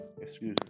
Excuse